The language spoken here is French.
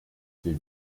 ses